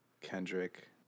Kendrick